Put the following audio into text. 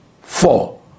four